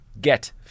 Get